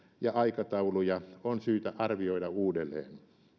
ja aikatauluja on syytä arvioida uudelleen